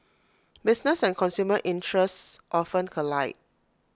business and consumer interests often collide